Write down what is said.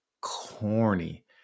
corny